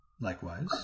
Likewise